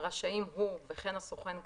רשאים הוא וכן הסוכן כאמור,